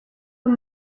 abo